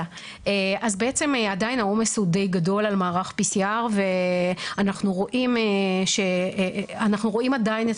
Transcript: אז בעצם עדיין העומס הוא די גדול על מערך PCR ואנחנו רואים עדיין את